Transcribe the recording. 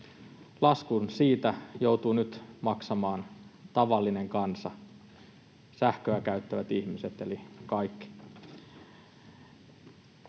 Laskun siitä joutuu nyt maksamaan tavallinen kansa, sähköä käyttävät ihmiset, eli kaikki.